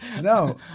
No